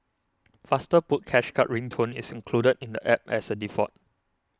faster put cash card ring tone is included in the App as a default